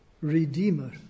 redeemer